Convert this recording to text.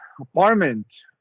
apartment